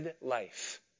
life